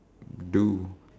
mm I see I see